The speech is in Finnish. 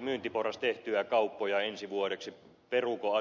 myyntiporras tehtyä kauppoja ensi vuodeksi peruvatko asiakkaat kauppoja